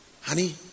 Honey